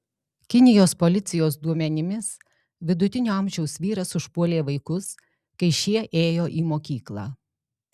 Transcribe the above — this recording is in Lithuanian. kinijos policijos duomenimis vidutinio amžiaus vyras užpuolė vaikus kai šie ėjo į mokyklą